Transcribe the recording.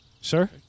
Sir